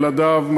ילדיו,